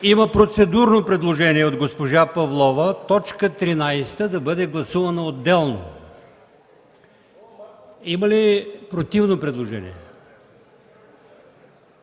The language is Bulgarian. Има процедурно предложение от госпожа Павлова – т. 13 да бъде гласувана отделно. Има ли противно предложение?